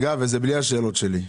אגב, זה בלי השאלות שלי.